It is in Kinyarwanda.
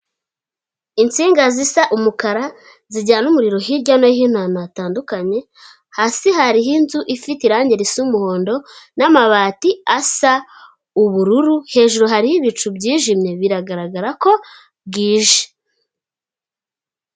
Insinga zisa umukara, zijyana umuriro hirya no hino, ahantu hatandukanye, hasi hariho inzu ifite irangi risa umuhondo, n'amabati asa ubururu, hejuru hari ibicu byijimye, biragaragara ko bwije.